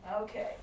Okay